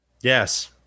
Yes